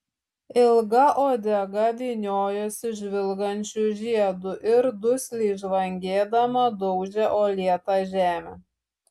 ilga uodega vyniojosi žvilgančiu žiedu ir dusliai žvangėdama daužė uolėtą žemę